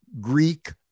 Greek